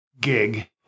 gig